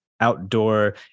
outdoor